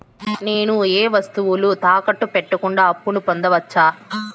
నేను ఏ వస్తువులు తాకట్టు పెట్టకుండా అప్పును పొందవచ్చా?